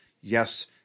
yes